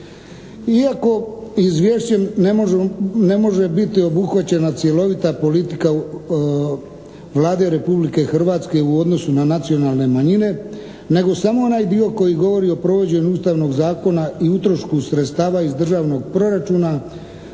Iako izvješćem ne može biti obuhvaćena cjelovita politika Vlade Republike Hrvatske u odnosu na nacionalne manjine nego samo onaj dio koji govori o provođenju ustavnog zakona i utrošku sredstava iz državnog proračuna